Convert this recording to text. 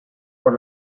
por